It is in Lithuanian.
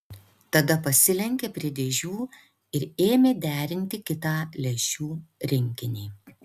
tada pasilenkė prie dėžių ir ėmė derinti kitą lęšių rinkinį